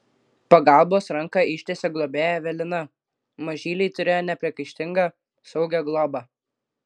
pagalbos ranką ištiesė globėja evelina mažyliai turėjo nepriekaištingą saugią globą